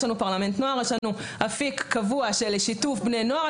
יש לנו פרלמנט נוער ואפיק קבוע של שיתוף בני נוער.